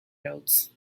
notes